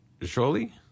Surely